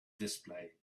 display